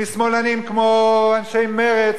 משמאלנים כמו אנשי מרצ,